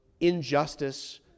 injustice